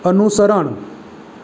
અનુસરણ